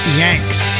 yanks